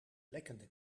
lekkende